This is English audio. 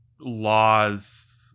laws